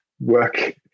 work